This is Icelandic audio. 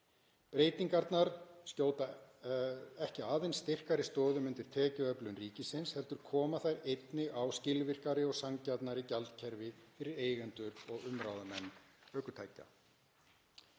Breytingarnar skjóta ekki aðeins styrkari stoðum undir tekjuöflun ríkisins heldur koma þær einnig á skilvirkara og sanngjarnara gjaldakerfi fyrir eigendur og umráðamenn ökutækja.